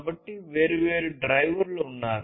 కాబట్టి వేర్వేరు డ్రైవర్లు ఉన్నారు